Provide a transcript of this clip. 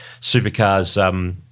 supercars –